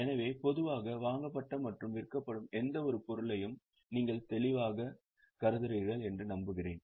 எனவே பொதுவாக வாங்கப்பட்ட மற்றும் விற்கப்படும் எந்தவொரு பொருளையும் நீங்கள் தெளிவாகக் கருதுகிறீர்கள் என்று நம்புகிறேன்